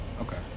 Okay